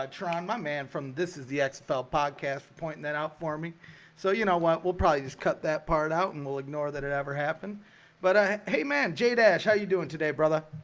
ah trying my man from this is the xfl podcast for pointing that out for me so, you know what, we'll probably just cut that part out and we'll ignore that it ever happened but ah hey, man, jay how you doing today, brother?